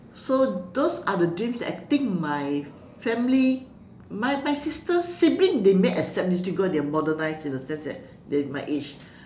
so those are the dreams that I think my family my my sister siblings they may accept these dreams because they are modernized in a sense that they are at my age